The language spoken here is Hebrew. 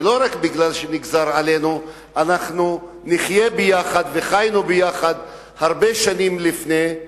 ולא רק בגלל שנגזר עלינו אנחנו נחיה ביחד וחיינו ביחד הרבה שנים לפני.